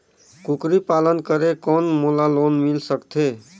कूकरी पालन करे कौन मोला लोन मिल सकथे?